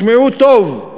תשמעו טוב,